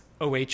OH-